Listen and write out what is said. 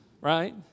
right